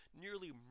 nearly